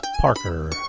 Parker